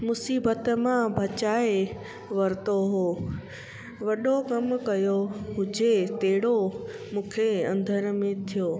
मुसीबत मां बचाए वरितो हुओ वॾो कमु कयो हुजे तहिड़ो मुखे अंदर में थियो